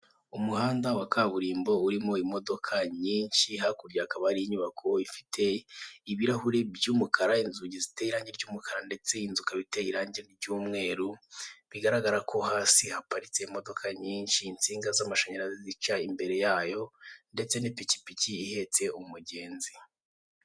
Umuhanda wa kaburimbo urimo imodoka nyinshi, hakurya hakaba hari inyubako ifite ibirahuri by'umukara, inzugi ziteye irangi ry'umukara ndetse inzu ikaba iteye irangi ry'umweru, bigaragara ko hasi haparitse imodoka nyinshi, insinga z'amashanyarazi zica imbere yayo ndetse n'ipikipiki ihetse umugenzi.